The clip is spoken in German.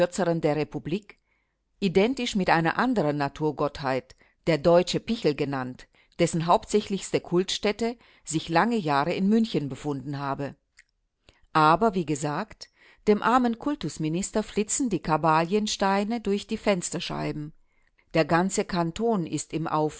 der republik identisch mit einer andern naturgottheit der deutsche pichel genannt dessen hauptsächlichste kultstätte sich lange jahre in münchen befunden habe aber wie gesagt dem armen kultusminister flitzen die kabaljensteine durch die fensterscheiben der ganze kanton ist